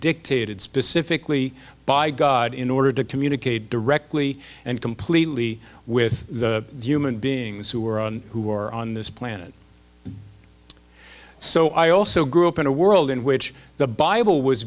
specifically by god in order to communicate directly and completely with the human beings who are on who are on this planet so i also grew up in a world in which the bible was